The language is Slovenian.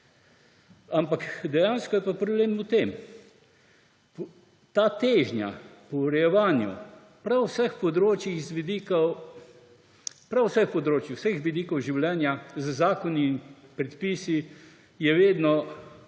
Ampak dejansko je pa problem v tem. Ta težnja po urejevanju prav vseh področij, vseh vidikov življenja z zakoni in predpisi je vedno, je